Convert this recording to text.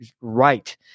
right